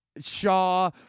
Shaw